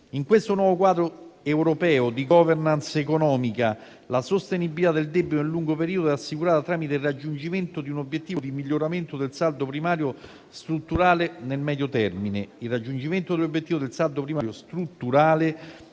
In questo nuovo quadro europeo di *governance* economica, la sostenibilità del debito nel lungo periodo è assicurata tramite il raggiungimento di un obiettivo di miglioramento del saldo primario strutturale nel medio termine. Il raggiungimento dell'obiettivo del saldo primario strutturale